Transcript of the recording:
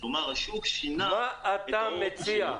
כלומר, השוק שינה --- מה אתה מציע?